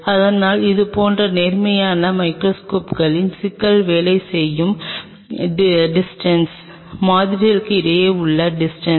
ஆனால் இதுபோன்ற நேர்மையான மைகிரோஸ்கோப்களின் சிக்கல் வேலை செய்யும் டிஸ்டன்ஸ் மாதிரிக்கு இடையிலான இந்த டிஸ்டன்ஸ்